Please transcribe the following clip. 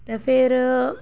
ते फेर